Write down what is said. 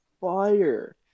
fire